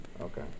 Okay